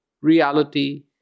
reality